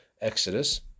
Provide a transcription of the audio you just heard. Exodus